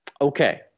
okay